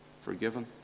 forgiven